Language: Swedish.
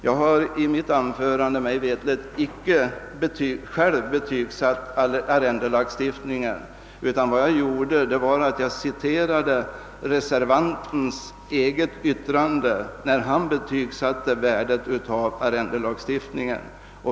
Jag har i mitt förra anförande, mig veterligen, icke självt betygsatt arrendelagstiftningen, utan endast citerat ett yttrande av en av reservanterna, i vilket han betygsatte värdet av sagda lagstiftning.